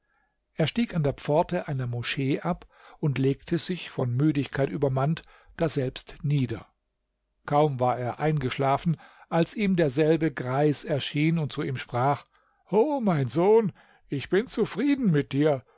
er stieg an der pforte einer moschee ab und legte sich von müdigkeit übermannt daselbst nieder kaum war er eingeschlafen als ihm derselbe greis erschien und zu ihm sprach o mein sohn ich bin zufrieden mit dir